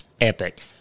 Epic